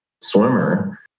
swimmer